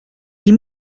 die